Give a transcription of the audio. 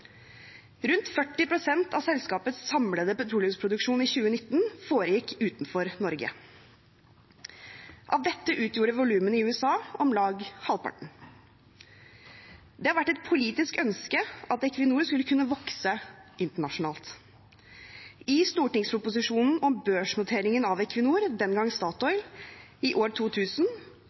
Rundt 40 pst. av selskapets samlede petroleumsproduksjon i 2019 foregikk utenfor Norge. Av dette utgjorde volumene i USA om lag halvparten. Det har vært et politisk ønske at Equinor skulle kunne vokse internasjonalt. I stortingsproposisjonen om børsnoteringen av Equinor, den gang Statoil, i år 2000